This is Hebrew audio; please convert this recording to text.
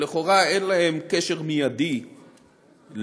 שלכאורה אין להם קשר מיידי לתעשייה,